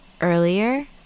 earlier